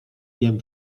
wiem